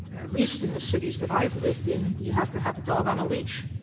at least in the cities that i've lived in, you have to have a dog on a leash.